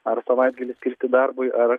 ar savaitgalį skirti darbui ar